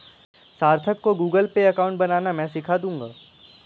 सार्थक को Google Pay account बनाना मैं सीखा दूंगा